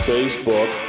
Facebook